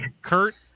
Kurt